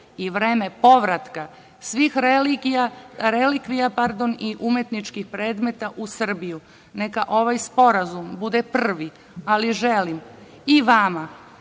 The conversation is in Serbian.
i vreme povratka, svih relikvija i umetničkih predmeta u Srbiju. Neka ovaj sporazum bude prvi, ali želim i vama